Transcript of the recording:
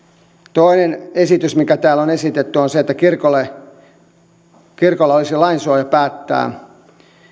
toinen esitys mikä täällä on esitetty on se että kirkolla olisi lain suoja päättää